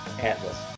atlas